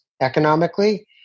economically